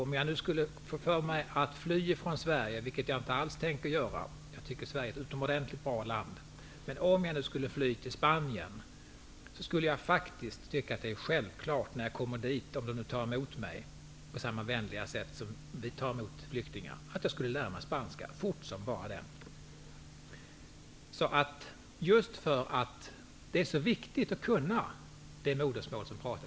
Om jag skulle få för mig att fly från Sverige, vilket jag inte alls tänker göra -- jag tycker att Sverige är ett utomordentligt bra land -- t.ex. till Spanien, skulle jag faktiskt, när jag kommer dit och om de tar emot mig på samma vänliga sätt som vi tar emot flyktingar, tycka att det är självklart att jag lär mig spanska mycket fort. Det är mycket viktigt att kunna tala landets officiella språk.